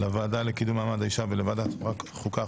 לוועדה לקידום מעמד האישה ולוועדת החוקה,